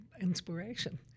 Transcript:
inspiration